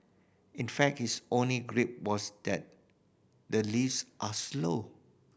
in fact his only gripe was that the lifts are slow